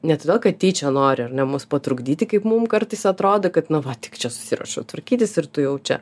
ne todėl kad tyčia nori ar ne mus patrukdyti kaip mum kartais atrodo kad na va tik čia susiruošiau tvarkytis ir tu jau čia